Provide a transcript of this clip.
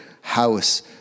house